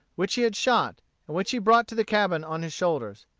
which he had shot, and which he brought to the cabin on his shoulders.